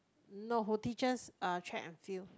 no teacher's uh track and field